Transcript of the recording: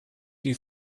you